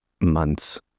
months